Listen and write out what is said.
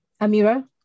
Amira